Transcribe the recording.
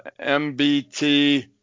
MBT